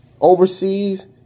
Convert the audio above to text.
Overseas